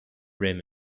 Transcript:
rim